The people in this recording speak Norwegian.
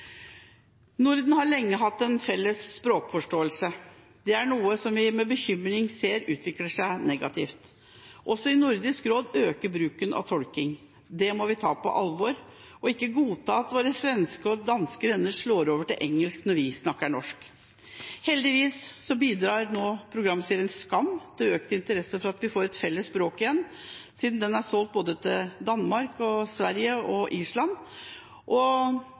Norden har lenge hatt en felles språkforståelse. Det er noe som vi med bekymring ser utvikler seg negativt. Også i Nordisk råd øker bruken av tolking. Det må vi ta på alvor – og ikke godta at våre svenske og danske venner slår over til engelsk når vi snakker norsk. Heldigvis bidrar nå programserien «SKAM» til økt interesse for at vi får et felles språk igjen, siden den er solgt til både Danmark, Sverige og Island.